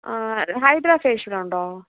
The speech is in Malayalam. ഹൈഡ്രാഫേഷ്യൽ ഉണ്ടോ